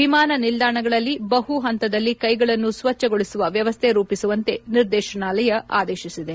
ವಿಮಾನ ನಿಲ್ದಾಣಗಳಲ್ಲಿ ಬಹು ಹಂತದಲ್ಲಿ ಕೈಗಳನ್ನು ಸ್ವಚ್ಛಗೊಳಿಸುವ ವ್ಯವಸ್ಥೆ ರೂಪಿಸುವಂತೆ ನಿರ್ದೇಶನಾಲಯ ಆದೇಶಿಸಿದೆ